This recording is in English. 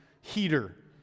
heater